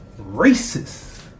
racist